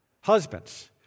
Husbands